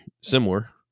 similar